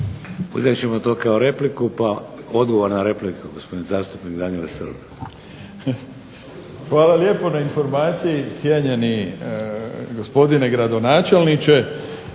Uzet ćemo to kao repliku, pa odgovor na repliku gospodin zastupnik Daniel Srb. **Srb, Daniel (HSP)** Hvala lijepo na informaciji cijenjeni gospodine gradonačelniče.